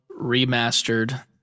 remastered